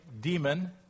demon